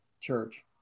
church